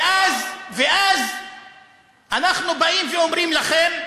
ואז אנחנו באים ואומרים לכם: